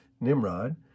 Nimrod